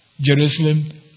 Jerusalem